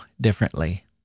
differently